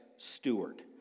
steward